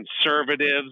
conservatives